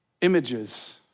Images